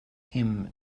him